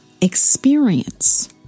experience